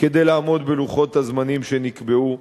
כדי לעמוד בלוחות הזמנים שנקבעו.